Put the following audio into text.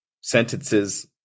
sentences